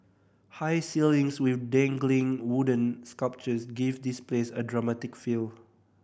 high ceilings with dangling wooden sculptures give this place a dramatic feel